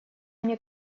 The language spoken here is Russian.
мне